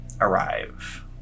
arrive